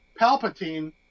Palpatine